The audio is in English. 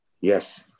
Yes